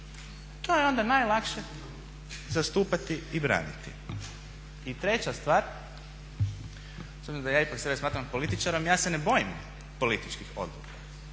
To je onda najlakše zastupati i braniti. I treća stvar, s obzirom da ja ipak sebe smatram političarom, ja se ne bojim političkih odluka.